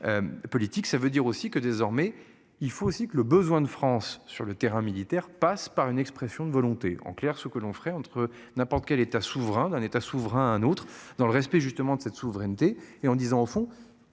Politique, ça veut dire aussi que désormais il faut aussi que le besoin de France sur le terrain militaire, passe par une expression de volonté en clair ce que l'on ferait entre n'importe quel État souverain d'un État souverain, un autre dans le respect justement de cette souveraineté et en disant au fond